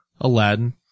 Aladdin